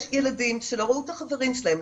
יש ילדים שלא ראו את החברים שלהם,